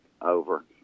over